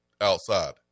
outside